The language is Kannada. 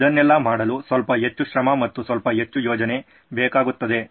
ಇದನ್ನೆಲ್ಲ ಮಾಡಲು ಸ್ವಲ್ಪ ಹೆಚ್ಚು ಶ್ರಮ ಮತ್ತು ಸ್ವಲ್ಪ ಹೆಚ್ಚು ಯೋಜನೆ ಬೇಕಾಗುತ್ತದೆ